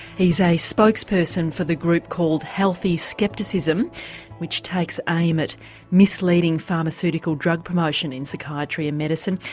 he's a spokesperson for the group called healthy scepticism which takes aim at misleading pharmaceutical drug promotion in psychiatry and medicine.